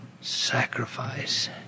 Sacrifice